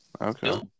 Okay